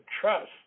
trust